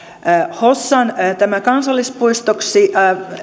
hossan tämä kansallispuistoksi